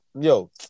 Yo